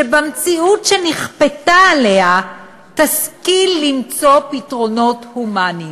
שבמציאות שנכפתה עליה תשכיל למצוא פתרונות הומניים.